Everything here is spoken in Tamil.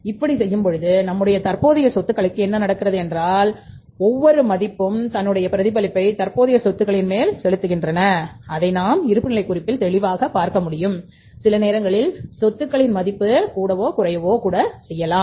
இப்படி செய்யும் பொழுது நம்முடைய தற்போதைய சொத்துக்களுக்கு என்ன நடக்கிறது என்றால் ஒவ்வொரு மதிப்பும் தன்னுடைய பிரதிபலிப்பை தற்போதைய சொத்துக்களின் மேல் செலுத்துகின்றன அதை நாம் இருப்புநிலை குறிப்பில் தெளிவாக பார்க்க முடியும் சில நேரங்களில் சொத்துக்களின் மதிப்பு கூடவோ குறையவோ செய்யலாம்